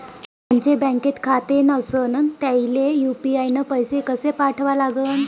ज्याचं बँकेत खातं नसणं त्याईले यू.पी.आय न पैसे कसे पाठवा लागन?